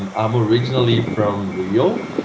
um i'm originally from rio.